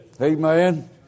Amen